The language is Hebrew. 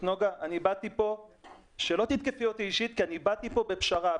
נגה, שלא תתקפי אותי אישית כי באתי לפה בפשרה.